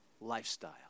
lifestyle